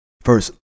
First